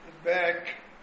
back